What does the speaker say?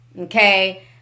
Okay